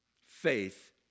faith